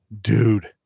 dude